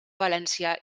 valència